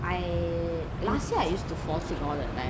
I last year I used to fall sick all the time